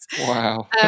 wow